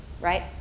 right